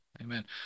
Amen